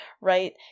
right